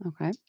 Okay